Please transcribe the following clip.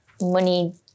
money